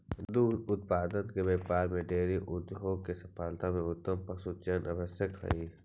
दुग्ध उत्पादन के व्यापार में डेयरी उद्योग की सफलता में उत्तम पशुचयन आवश्यक हई